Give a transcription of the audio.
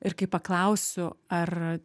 ir kai paklausiu ar